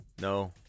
No